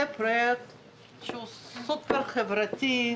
זה פרויקט שהוא סופר חברתי.